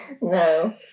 No